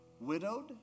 widowed